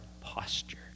posture